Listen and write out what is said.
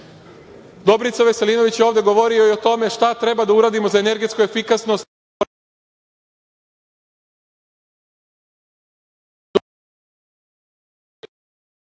vazduha. Dobrica Veselinović je ovde govorio i o tome šta treba da uradimo za energetsku efikasnost.